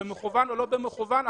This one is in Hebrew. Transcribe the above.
במכוון או לא במכוון,